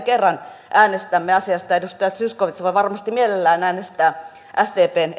kerran äänestämme asiasta edustaja zyskowicz varmasti mielellään äänestää sdpn